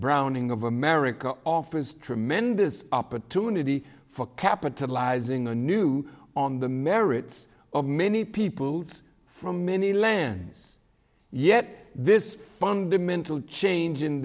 browning of america offers tremendous opportunity for capitalizing a new on the merits of many peoples from many lands yet this fundamental change in